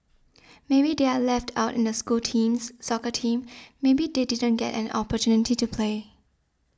maybe they are left out in the school teams soccer team maybe they didn't get any opportunity to play